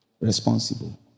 Responsible